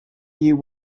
you